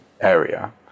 area